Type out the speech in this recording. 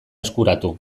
eskuratu